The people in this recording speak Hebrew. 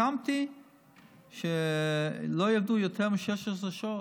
לחמתי שלא יעבדו יותר מ-16 שעות.